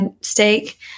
steak